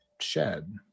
shed